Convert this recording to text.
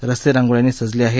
रस्ते रांगोळ्यांनी सजले आहेत